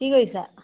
কি কৰিছা